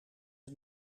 het